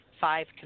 Five